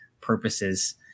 purposes